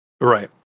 right